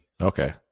Okay